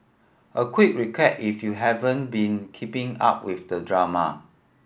a quick recap if you haven't been keeping up with the drama